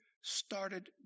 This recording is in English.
started